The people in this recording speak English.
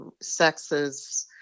sexes